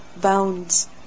bounds